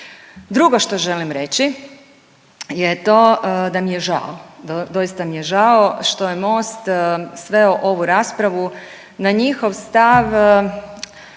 Drugo što želim reći je to da mi je žao, doista mi je žao što je Most sveo ovu raspravu na njihov stav